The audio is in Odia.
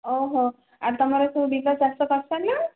ଓହୋ ଆଉ ତୁମର ସବୁ ବିଲ ଚାଷ କରିସାରିଲାଣି